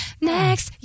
next